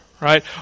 Right